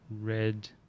Red